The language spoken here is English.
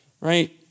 right